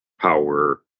power